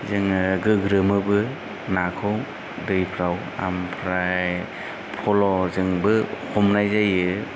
जोङो गोग्रोमोबो नाखौ दैफ्राव आमफ्राय फलजोंबो हमनाय जायो